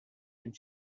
and